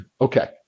Okay